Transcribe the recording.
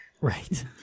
Right